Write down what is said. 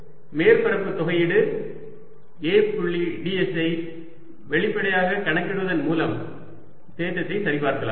2y22| L2L2L30L3 இப்போது மேற்பரப்பு தொகையீடு A புள்ளி ds ஐ வெளிப்படையாகக் கணக்கிடுவதன் மூலம் தேற்றத்தை சரிபார்க்கலாம்